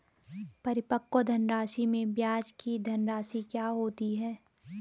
परिपक्व धनराशि में ब्याज की धनराशि क्या होती है?